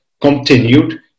continued